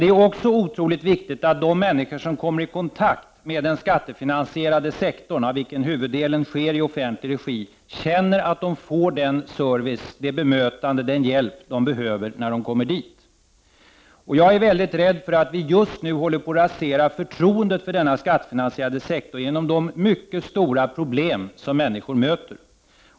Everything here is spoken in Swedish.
Det är också otroligt viktigt att de människor som kommer i kontakt med den skattefinansierade sektorn — varav huvuddelen i offentlig regi — känner att de får den service, det bemötande och den hjälp de behöver när de kommer dit. Jag är mycket rädd för att vi just nu håller på att rasera förtroendet för den skattefinansierade sektorn, genom de mycket stora problem som människorna möter.